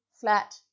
flat